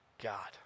God